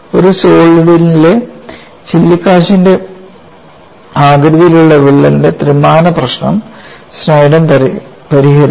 ഒരു സോളിഡിലെ ചില്ലിക്കാശിന്റെ ആകൃതിയിലുള്ള വിള്ളലിന്റെ ത്രിമാന പ്രശ്നം സ്നെഡൺ പരിഹരിച്ചു